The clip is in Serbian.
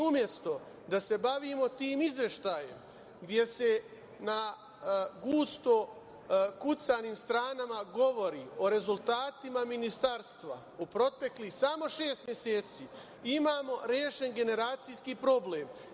Umesto da se bavimo tim izveštajem, gde se na gusto kucanim stranama govori o rezultatima Ministarstva u proteklih samo šest meseci imamo rešen generacijski problem.